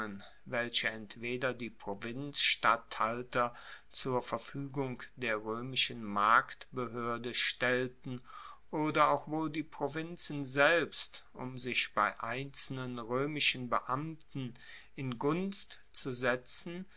welche entweder die provinzialstatthalter zur verfuegung der roemischen marktbehoerde stellten oder auch wohl die provinzen selbst um sich bei einzelnen roemischen beamten in gunst zu setzen